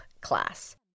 class